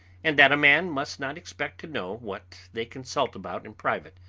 and that a man must not expect to know what they consult about in private.